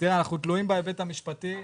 אנחנו תלויים בהיבט המשפטי.